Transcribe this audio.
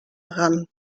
ran